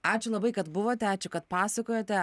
ačiū labai kad buvote ačiū kad pasakojote